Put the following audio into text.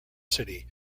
city